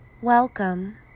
Welcome